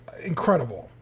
incredible